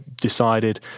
decided